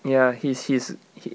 ya he's he's he